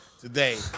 today